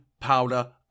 Powder